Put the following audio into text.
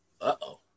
uh-oh